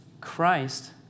Christ